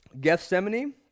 Gethsemane